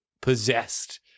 possessed